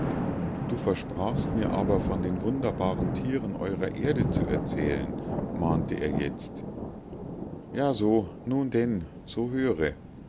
du versprachst mir aber von den wunderbaren tieren eurer erde zu erzählen mahnte er jetzt ja so nun denn so höre